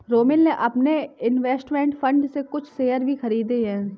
रोमिल ने अपने investment fund से कुछ शेयर भी खरीदे है